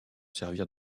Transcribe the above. servir